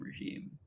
regime